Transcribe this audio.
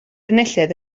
enillydd